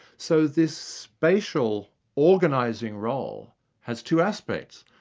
so this spatial organising role has two aspects.